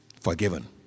forgiven